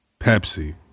Pepsi